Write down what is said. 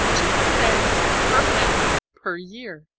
two hundred eggs per hen per year.